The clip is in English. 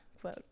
quote